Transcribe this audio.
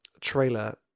trailer